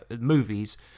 movies